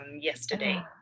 yesterday